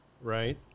Right